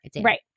Right